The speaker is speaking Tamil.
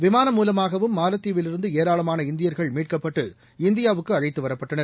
விமானம் மூலமாகவும் மாலத்தீவில் இருந்து ஏராளமான இந்தியர்கள் மீட்கப்பட்டு இந்தியாவுக்கு அழைத்து வரப்பட்டனர்